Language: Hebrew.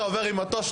אתה עובר עם מטוש,